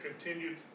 continued